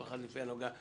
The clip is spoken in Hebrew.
כל אחד כפי הנוגע לו.